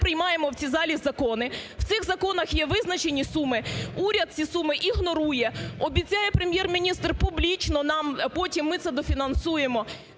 ми приймаємо в цій залі закони, в цих законах є визначені суми, уряд ці суми ігнорує. Обіцяє Прем'єр-міністр публічно нам: потім ми це дофінансуємо.